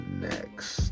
next